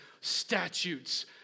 statutes